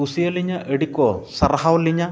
ᱠᱩᱥᱤᱭᱟᱞᱤᱧᱟ ᱟᱰᱤᱠᱚ ᱥᱟᱨᱦᱟᱣ ᱞᱤᱧᱟ